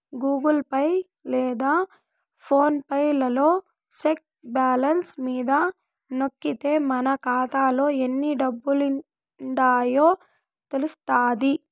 Google Pay లేదా PhonePe లలో check balance మీద నొక్కితే మన కాతాలో ఎన్ని డబ్బులుండాయో తెలస్తాది